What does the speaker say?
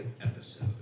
episode